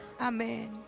Amen